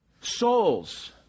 Souls